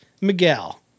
Miguel